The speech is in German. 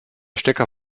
stecker